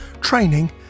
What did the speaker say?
training